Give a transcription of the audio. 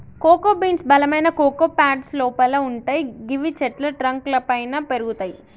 cocoa beans బలమైన cocoa pods లోపల వుంటయ్ గివి చెట్ల ట్రంక్ లపైన పెరుగుతయి